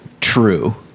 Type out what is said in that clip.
True